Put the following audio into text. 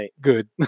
good